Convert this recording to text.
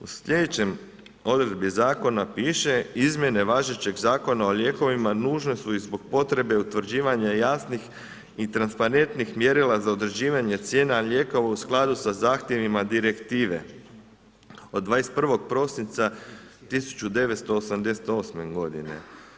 U sljedećoj odredbi zakona piše: izmjene važećeg Zakona o lijekovima nužne su i zbog potrebe utvrđivanja jasnih i transparentnih mjerila za određivanje cijena lijekova u skladu sa zahtjevima direktive od 21. prosinca 1988. godine.